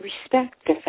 respect